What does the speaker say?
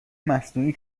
مصنوعی